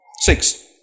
Six